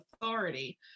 authority